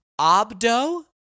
Abdo